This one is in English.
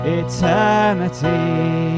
eternity